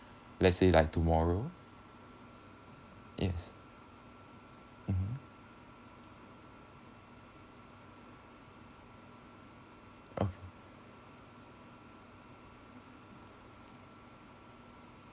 let say like tomorrow yes mmhmm okay